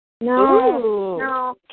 No